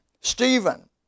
Stephen